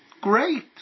great